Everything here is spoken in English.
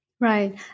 Right